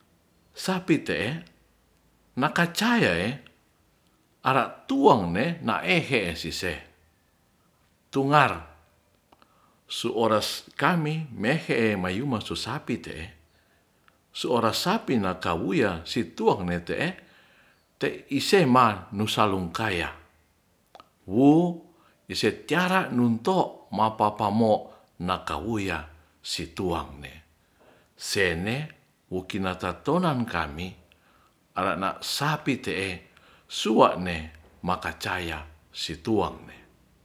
Sapite' makacae ara tuangne naehe e siseh, tungar su ores ikami mehe'e mayuma su sapi te'e mayumasu sapi te'e su oras sapi nakauia situang ne te'e te ise ma nusa lungkaya wu niteara nunto' mapapamo' makawoya si tuangne sene wakinakatatonan kami arana sapi te'e sua' ne makacaya si tuangne.